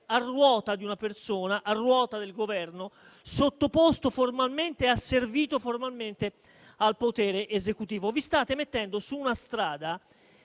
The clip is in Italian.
a ruota di una persona o del Governo, sottoposto e asservito formalmente al potere esecutivo. Vi state mettendo su una strada